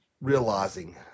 realizing